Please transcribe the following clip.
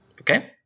Okay